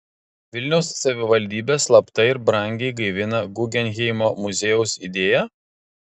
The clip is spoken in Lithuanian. vilniaus savivaldybė slapta ir brangiai gaivina guggenheimo muziejaus idėją